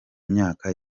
myaka